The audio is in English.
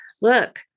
look